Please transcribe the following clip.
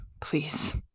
Please